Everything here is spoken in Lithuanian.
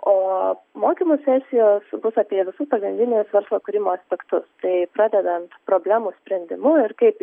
o mokymų sesijos bus apie visus pagrindinius verslo kūrimo aspektus tai pradedant problemų sprendimu ir kaip